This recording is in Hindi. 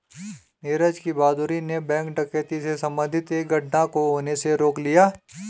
नीरज की बहादूरी ने बैंक डकैती से संबंधित एक घटना को होने से रोक लिया